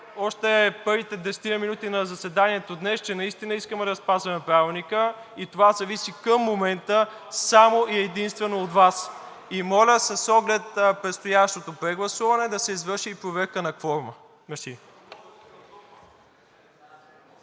още първите 10 минути на заседанието днес, че наистина искаме да спазваме Правилника и това зависи към момента само и единствено от Вас. Моля с оглед на предстоящото прегласуване да се извърши и проверка на кворума.